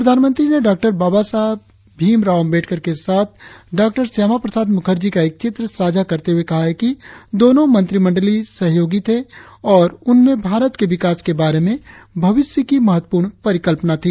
प्रधानमंत्री ने डाँ बाबा साहेब भीमराव अम्बेडकर के साथ डा श्यामा प्रसाद मुखर्जी का एक चित्र साझा करते हुए कहा है कि दोनो मंत्रिमंडलीय सहयोगी थे और उनमें भारत के विकास के बारे में भविष्य की महत्वपूर्ण परिकल्पना थी